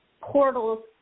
portals